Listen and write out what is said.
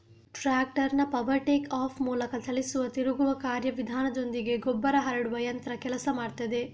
ಟ್ರಾಕ್ಟರ್ನ power take off ಮೂಲಕ ಚಲಿಸುವ ತಿರುಗುವ ಕಾರ್ಯ ವಿಧಾನದೊಂದಿಗೆ ಗೊಬ್ಬರ ಹರಡುವ ಯಂತ್ರ ಕೆಲಸ ಮಾಡ್ತದೆ